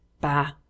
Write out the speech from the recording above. Bah